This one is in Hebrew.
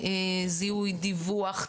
דיווח,